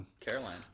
Caroline